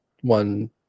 one